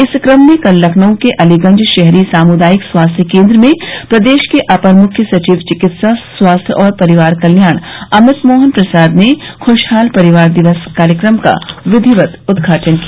इस क्रम में कल लखनऊ के अलीगंज शहरी सामुदायिक स्वास्थ्य केन्द्र में प्रदेश के अपर मुख्य सचिव चिकित्सा स्वास्थ्य और परिवार कल्याण अमित मोहन प्रसाद ने खुशहाल परिवार दिवस कार्यक्रम का विधिवत उदघाटन किया